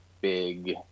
big